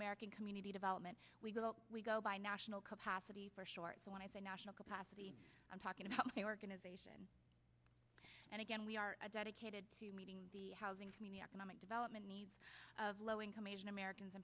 american community development we go out we go by national capacity for short so when i say national capacity i'm talking about the organization and again we are dedicated to meeting the housing community academic development needs of low income asian americans